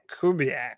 Kubiak